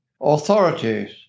authorities